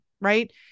right